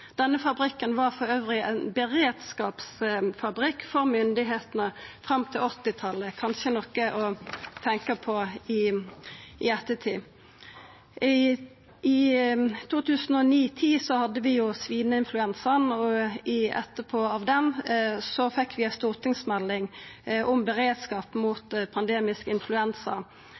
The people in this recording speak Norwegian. Denne fabrikken var elles ein beredskapsfabrikk for myndigheitene fram til 1980-talet – kanskje noko å tenkja på i ettertid. I 2009–2010 hadde vi svineinfluensa, og i etterkant fekk vi ei stortingsmelding om beredskap mot pandemisk influensa.